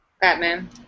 Batman